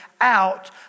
out